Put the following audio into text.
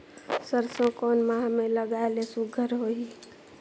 सरसो कोन माह मे लगाय ले सुघ्घर होही?